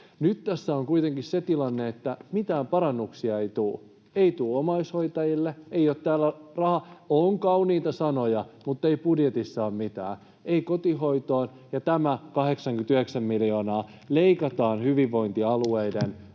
Nyt tässä on kuitenkin se tilanne, että mitään parannuksia ei tule, ei tule omaishoitajille, ei ole täällä rahaa. On kauniita sanoja, mutta budjetissa ei ole mitään, ei kotihoitoon, ja tämä 89 miljoonaa leikataan hyvinvointialueiden